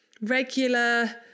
regular